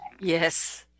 Yes